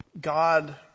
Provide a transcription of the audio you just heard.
God